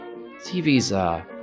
TVs